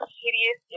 hideous